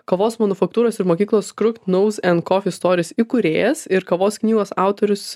kavos manufaktūros ir mokyklos krukt nous en kofi storis įkūrėjas ir kavos knygos autorius